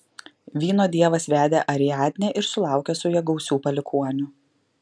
vyno dievas vedė ariadnę ir sulaukė su ja gausių palikuonių